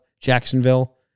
Jacksonville